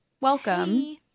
Welcome